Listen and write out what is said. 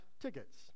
tickets